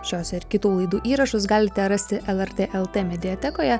šios ir kitų laidų įrašus galite rasti lrt el tė lrt mediatekoje